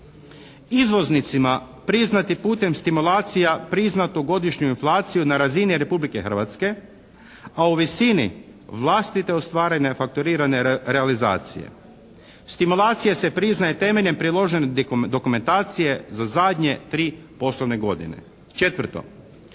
Izvoznicima priznati putem stimulacija priznatu godišnju inflaciju na razini Republike Hrvatske, a u visini vlastite ostvarene fakturirane realizacije. Stimulacije se priznaju temeljem priložene dokumentacije za zadnje tri poslovne godine. Četvrto.